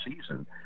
season